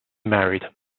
married